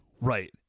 Right